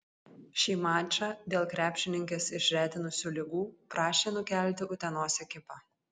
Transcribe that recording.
šį mačą dėl krepšininkes išretinusių ligų prašė nukelti utenos ekipa